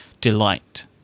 delight